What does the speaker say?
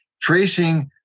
tracing